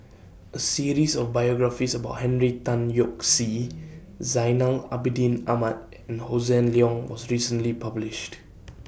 A series of biographies about Henry Tan Yoke See Zainal Abidin Ahmad and Hossan Leong was recently published